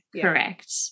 correct